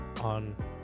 on